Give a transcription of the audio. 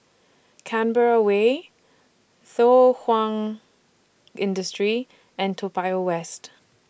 Canberra Way Thow Kwang Industry and Toa Payoh West